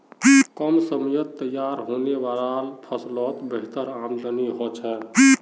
कम समयत तैयार होने वाला ला फस्लोत बेहतर आमदानी होछे